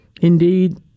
indeed